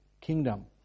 kingdom